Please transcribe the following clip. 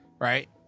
Right